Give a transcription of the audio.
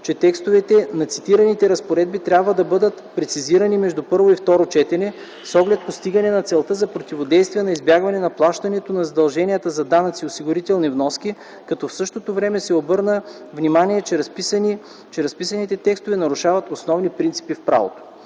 че текстовете на цитираните разпоредби трябва да бъдат прецизирани между първо и второ четене, с оглед постигне на целта за противодействие на избягване на плащането на задължения за данъци и осигурителни вноски, като в същото време се обърна внимание, че разписаните текстове нарушават основните принципи в правото.